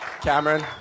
Cameron